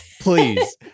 Please